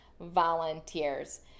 volunteers